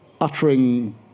uttering